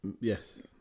Yes